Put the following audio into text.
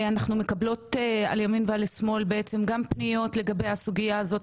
אנחנו מקבלות על ימין ועל שמאל בעצם גם פניות לגבי הסוגיה הזו,